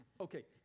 Okay